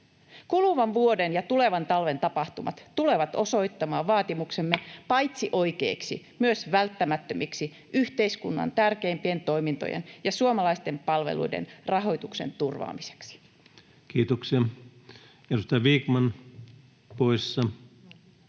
Kuluvan vuoden ja tulevan talven tapahtumat tulevat osoittamaan vaatimuksemme paitsi oikeiksi myös välttämättömiksi yhteiskunnan tärkeimpien toimintojen ja suomalaisten palveluiden rahoituksen turvaamiseksi. [Speech 235] Speaker: